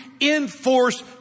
enforce